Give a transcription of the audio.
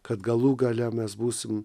kad galų gale mes būsim